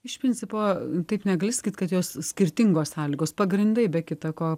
iš principo taip negali sakyt kad jos skirtingos sąlygos pagrindai be kita ko